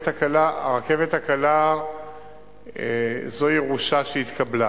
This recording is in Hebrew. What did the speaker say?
הרכבת הקלה זו ירושה שהתקבלה.